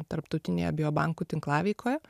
tarptautinėje biobankų tinklaveikoje